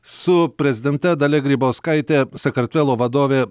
su prezidente dalia grybauskaite sakartvelo vadovė